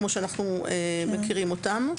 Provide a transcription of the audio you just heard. כמו שאנחנו מכירים אותם.